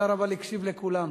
אבל השר הקשיב לכולם.